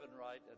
right